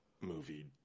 movie